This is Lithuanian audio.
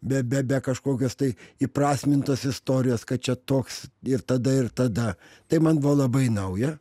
be be be kažkokios tai įprasmintos istorijos kad čia toks ir tada ir tada tai man buvo labai nauja